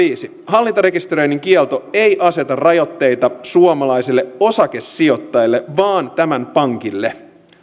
hallintarekisteröinnin kielto ei aseta rajoitteita suomalaiselle osakesijoittajalle vaan tämän pankille suomalaisessa arvo